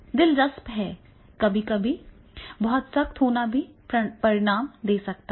दिलचस्प है कभी कभी बहुत सख्त होना भी परिणाम दे सकता है